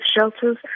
shelters